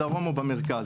בדרום או במרכז.